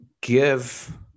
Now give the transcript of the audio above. give